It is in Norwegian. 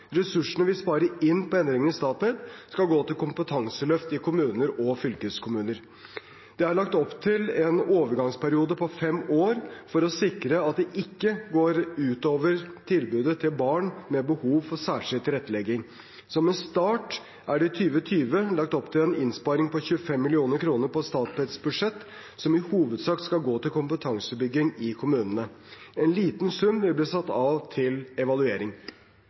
Ressursene vi sparer inn på endringene i Statped, skal gå til kompetanseløft i kommuner og fylkeskommuner. Det er lagt opp til en overgangsperiode på fem år for å sikre at det ikke går ut over tilbudet til barn med behov for særskilt tilrettelegging. Som en start er det i 2020 lagt opp til en innsparing på 25 mill. kr på Statpeds budsjett, som i hovedsak skal gå til kompetansebygging i kommunene. En liten sum vil bli satt av til evaluering.